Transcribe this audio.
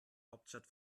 hauptstadt